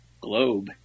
Globe